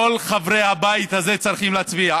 כל חברי הבית הזה צריכים להצביע.